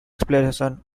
explanation